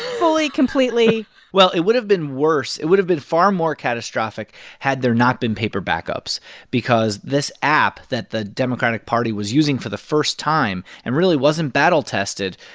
fully, completely well, it would've been worse it would've been far more catastrophic had there not been paper backups because this app that the democratic party was using for the first time and really wasn't battle-tested,